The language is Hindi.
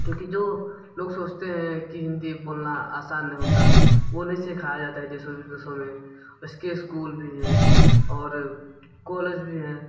क्योंकि जो लोग सोचते हैं कि हिंदी बोलना आसान होता वो नहीं सिखाया जाता है दूसरे देशों में उसके स्कूल भी हैं और कॉलेज भी हैं